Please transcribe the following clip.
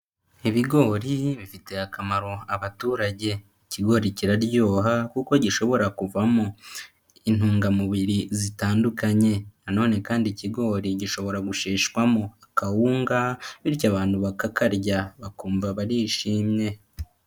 Ibigori bifitiye akamaro abaturage, ikigori kiraryoha kuko gishobora kuvamo intungamubiri zitandukanye, na none kandi ikigori gishobora gusheshwamo akawunga, bityo abantu bakakarya bakumva barishimye.